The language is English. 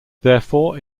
therefore